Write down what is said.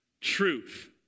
truth